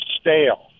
stale